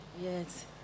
yes